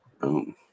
Boom